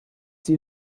sie